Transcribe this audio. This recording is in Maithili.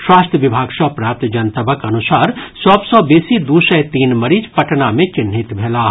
स्वास्थ्य विभाग सँ प्राप्त जनतबक अनुसार सभ सँ बेसी दू सय तीन मरीज पटना मे चिन्हित भेलाह